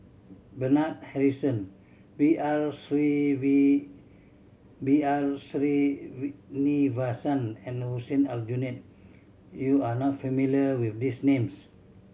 Bernard Harrison B R B R and Hussein Aljunied you are not familiar with these names